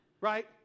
right